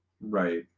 Right